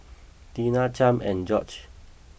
Tina Champ and George